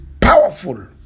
powerful